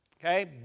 okay